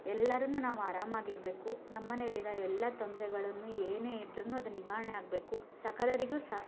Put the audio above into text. ಎಲ್ಲರೂ ನಾವು ಆರಾಮಾಗಿರ್ಬೇಕು ನಮ್ಮನೆಲ್ಲಿರೋ ಎಲ್ಲ ತೊಂದರೆಗಳನ್ನು ಏನೇ ಇದ್ದರೂನು ಅದು ನಿವಾರಣೆ ಆಗಬೇಕು ಸಕಲರಿಗೂ ಸಹ